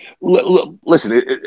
listen